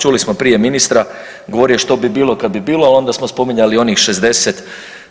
Čuli smo prije ministre govorio je što bi bilo kad bi bilo, a onda smo spominjali onih